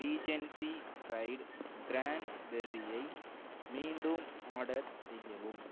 Regency dried கிரான்பெர்ரியை மீண்டும் order செய்யவும்